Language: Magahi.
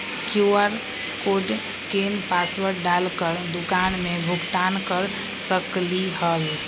कियु.आर कोड स्केन पासवर्ड डाल कर दुकान में भुगतान कर सकलीहल?